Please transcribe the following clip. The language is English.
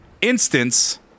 instance